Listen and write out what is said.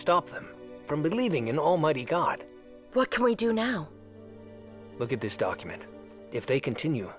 stop them from believing in almighty god what can we do now look at this document if they continue